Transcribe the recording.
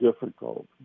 difficult